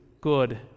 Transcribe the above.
good